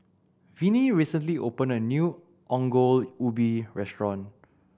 Vinie recently opened a new Ongol Ubi restaurant